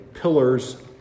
Pillars